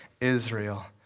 Israel